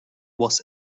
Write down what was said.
was